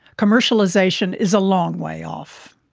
commercialisation is a long way off.